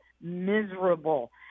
miserable